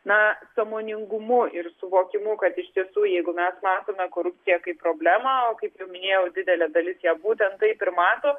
na sąmoningumu ir suvokimu kad iš tiesų jeigu mes matome korupciją kaip problemą kaip jau minėjau didelė dalis ją būtent taip ir mato